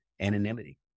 anonymity